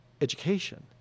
education